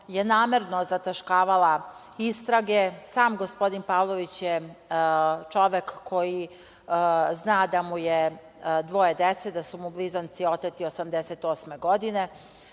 je namerno zataškavala istrage. Sam gospodin Pavlović je čovek koji zna da mu je dvoje dece, da su mu blizanci oteti 1988. godine. Dame